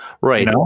right